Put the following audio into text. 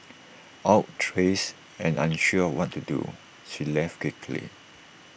outrages and unsure of what to do she left quickly